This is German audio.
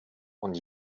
und